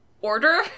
order